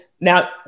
now